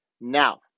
now